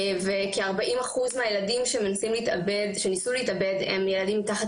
וכ-40% מהילדים שניסו להתאבד הם ילדים מתחת